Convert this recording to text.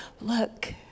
look